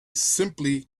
simply